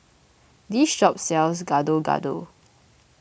this shop sells Gado Gado